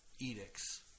edicts